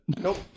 Nope